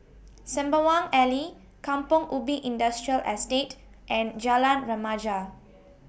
Sembawang Alley Kampong Ubi Industrial Estate and Jalan Remaja